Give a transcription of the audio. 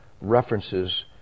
references